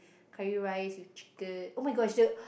curry rice with chicken oh-my-god the